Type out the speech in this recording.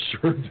sure